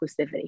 inclusivity